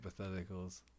hypotheticals